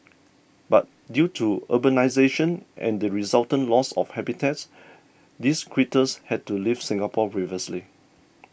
but due to urbanisation and the resultant loss of habitats these critters had to leave Singapore previously